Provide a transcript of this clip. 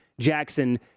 Jackson